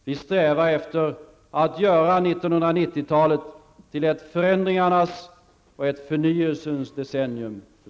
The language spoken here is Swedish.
Vi strävar efter att göra 1990-talet till ett förändringarnas och ett förnyelsens decennium för